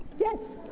yes.